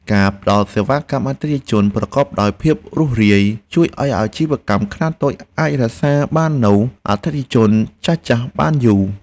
ការផ្តល់សេវាកម្មអតិថិជនប្រកបដោយភាពរូសរាយ ជួយឱ្យអាជីវកម្មខ្នាតតូចអាចរក្សាបាននូវអតិថិជនចាស់ៗបានយូរ។